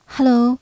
Hello